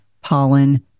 pollen